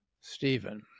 Stephen